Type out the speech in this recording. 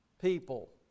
people